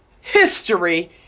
history